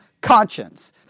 conscience